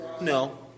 No